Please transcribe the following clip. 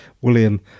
William